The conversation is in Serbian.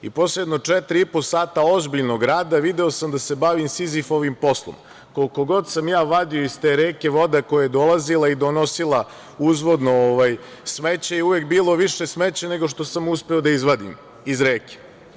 Posle jedno četiri i po sata ozbiljnog rada video sam da se bavim Sizifovim poslom, jer, koliko god sam ja vadio iz te reke, voda koja je dolazila i donosila uvodno smeće, uvek je bilo više smeća nego što sam uspeo da izvadim iz reke.